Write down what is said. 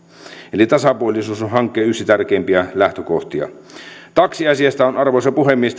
eli tasapuolisuus on hankkeen yksi tärkeimpiä lähtökohtia taksiasiasta on arvoisa puhemies